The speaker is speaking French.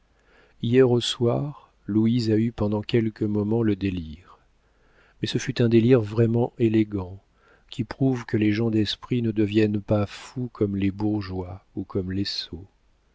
hier au soir louise a eu pendant quelques moments le délire mais ce fut un délire vraiment élégant qui prouve que les gens d'esprit ne deviennent pas fous comme les bourgeois ou comme les sots